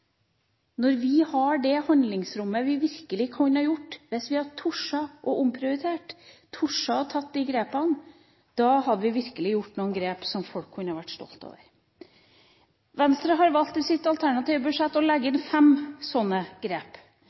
Når vi har det handlingsrommet som gjør at vi virkelig kunne har gjort omprioriteringer, og hadde turt å ta de grepene, da hadde vi virkelig gjort noen grep som folk kunne ha vært stolt av. Venstre har valgt i sitt alternative budsjett å legge inn fem sånne grep.